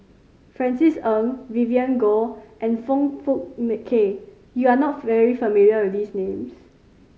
Francis Ng Vivien Goh and Foong Fook Kay you are not familiar with these names